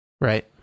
Right